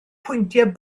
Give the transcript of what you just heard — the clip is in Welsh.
pwyntiau